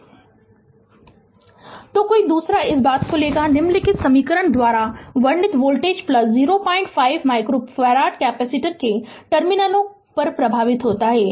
Refer slide time 3054 तो कोई दूसरा इस बात को लेगा निम्नलिखित समीकरण द्वारा वर्णित वोल्टेज पल्स 05 माइक्रोफ़ारड कैपेसिटर के टर्मिनलों पर प्रभावित होता है